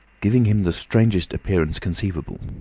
giving him the strangest appearance conceivable.